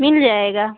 मिल जाएगा